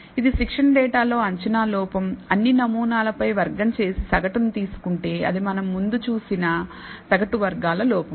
ఇది శిక్షణ డేటా లో అంచనా లోపం అన్నినమూనాల పై వర్గం చేసి సగటును తీసుకుంటే అది మనం ముందు చూసిన సగటు వర్గాల లోపం